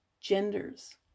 genders